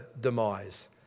demise